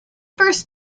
first